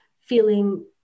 feeling